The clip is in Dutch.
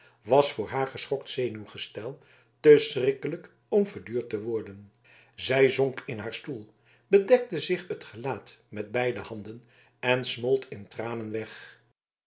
was voor haar geschokt zenuwgestel te schrikkelijk om verduurd te worden zij zonk in haar stoel bedekte zich het gelaat met beide handen en smolt in tranen weg